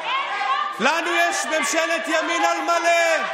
לנו יש ממשלת ימין על מלא,